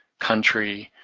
country,